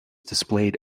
displayed